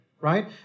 right